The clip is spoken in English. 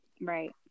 Right